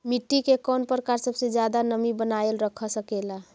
मिट्टी के कौन प्रकार सबसे जादा नमी बनाएल रख सकेला?